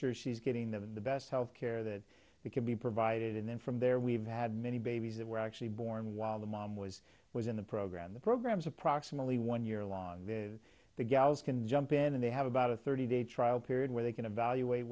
sure she's getting the best health care that we can be provided and then from there we've had many babies that were actually born while the mom was was in the program the program is approximately one year long the gals can jump in and they have about a thirty day trial period where they can evaluate